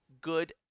good